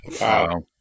Wow